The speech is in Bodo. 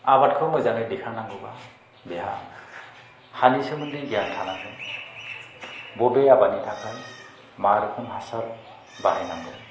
आबादखौ मोजाङै दैखांनांगौबा बेहा हानि सोमोन्दै गियान थानांगोन बबे आबादनि थाखाय मा रोखोम हासार बाहायनांगौ